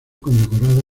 condecorado